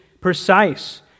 precise